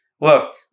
Look